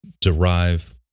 derive